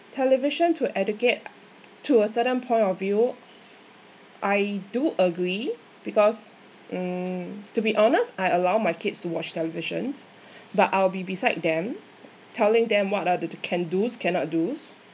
television to educate to a certain point of view I do agree because um to be honest I allow my kids to watch televisions but I'll be beside them telling them what are the can do's cannot do's